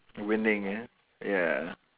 winning ya ya